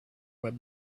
web